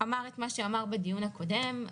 אמר את מה שאמר בדיון הקודם,